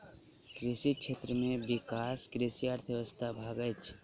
कृषि क्षेत्र में विकास कृषि अर्थशास्त्रक भाग अछि